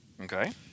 Okay